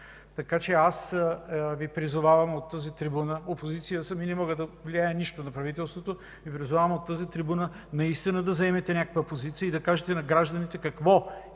Така че Ви призовавам от тази трибуна – опозиция съм и не мога да повлияя нищо на правителството – призовавам Ви от тази трибуна наистина да заемете някаква позиция и да кажете на гражданите какво ще